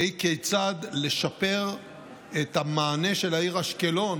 והיא כיצד לשפר את המענה של העיר אשקלון